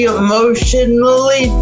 emotionally